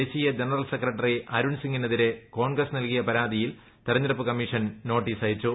ദേശീയ general secretary Arun സിംഗിനെതിരെ കോൺഗ്രസ് നൽകിയ പരാതിയിൽ തെരഞ്ഞെടുപ്പ് കമ്മീഷൻ നോട്ടീസയച്ചു